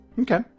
Okay